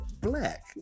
black